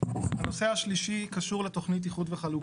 הנושא השלישי קשור לתכנית איחוד וחלוקה.